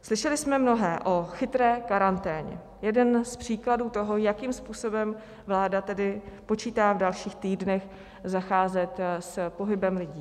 Slyšeli jsme mnohé o chytré karanténně jeden z příkladů toho, jakým způsobem vláda tedy počítá v dalších týdnech zacházet s pohybem lidí.